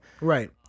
Right